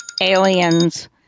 aliens